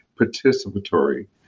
participatory